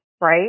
Right